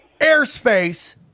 airspace